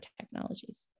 technologies